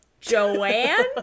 Joanne